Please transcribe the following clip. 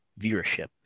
viewership